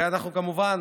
אנחנו כמובן